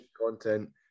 content